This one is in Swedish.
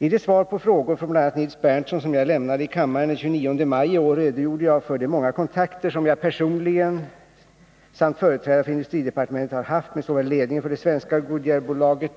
I det svar på frågor från bl.a. Nils Berndtson som jag lämnade i kammaren den 29 maj i år redogjorde jag för de många kontakter som jag personligen samt företrädare för industridepartementet har haft med såväl ledningen för det svenska Goodyearbolaget